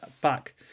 back